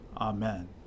Amen